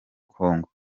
congo